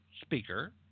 Speaker